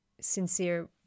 sincere